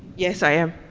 yes, i am.